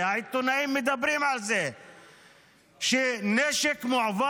הזה, שהוא חוק שונה מאוד